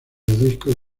discos